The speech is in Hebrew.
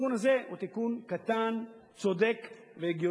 התיקון הזה הוא תיקון קטן, צודק והגיוני.